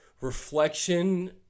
reflection